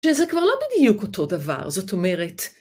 שזה כבר לא בדיוק אותו דבר, זאת אומרת.